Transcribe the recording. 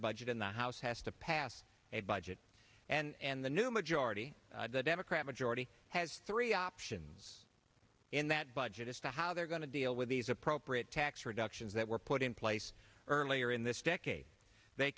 budget in the house has to pass a budget and the new majority the democrat majority has three options in that budget as to how they're going to deal with these appropriate tax reductions that were put in place earlier in this decade they